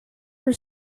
for